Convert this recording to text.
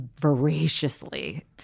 voraciously